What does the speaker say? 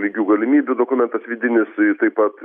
lygių galimybių dokumentas vidinis taip pat